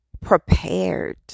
prepared